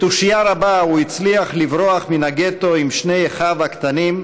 בתושייה רבה הוא הצליח לברוח מהגטו עם שני אחיו הקטנים,